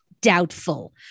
Doubtful